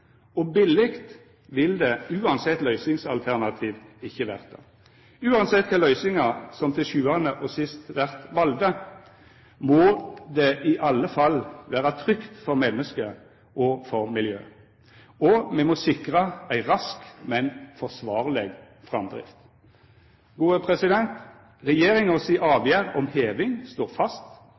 og billeg vil det – uansett løysingsalternativ – ikkje verta. Uansett kva løysingar som til sjuande og sist vert valde, må det i alle fall vera trygt for menneske og miljø, og me må sikra ei rask, men forsvarleg framdrift. Regjeringa si avgjerd om heving står fast,